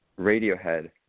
Radiohead